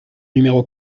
numéro